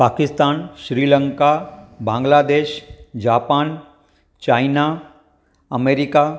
Pakistan Sri Lanka Bangladesh Japan China America